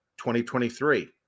2023